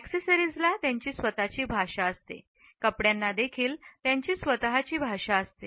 अॅक्सेसरीजला त्यांची स्वतःची भाषा असते कपड्यांना देखील त्यांची स्वतःची भाषा असते